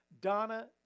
Donna